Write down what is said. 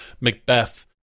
Macbeth